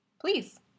please